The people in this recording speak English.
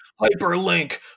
Hyperlink